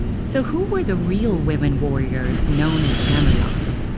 so who were the real women warriors known as amazons?